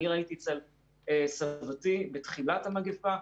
אני ראיתי אצל סבתי בתחילת המגפה,